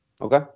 Okay